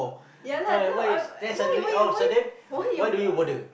ya lah no I'm why you why you why you why you uh